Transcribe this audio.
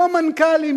לא מנכ"לים,